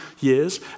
years